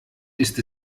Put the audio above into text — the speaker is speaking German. ist